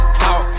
talk